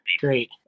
great